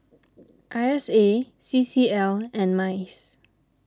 I S A C C L and Mice